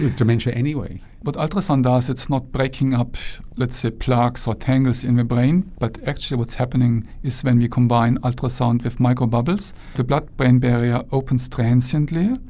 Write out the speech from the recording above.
dementia anyway. what but ultrasound does, it's not breaking up, let's say, plaques or tangles in the brain, but actually what's happening is when you combine ultrasound with microbubbles, the blood-brain barrier opens transiently,